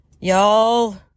Y'all